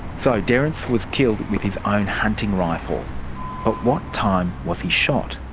so derrance was killed with own hunting rifle. but what time was he shot?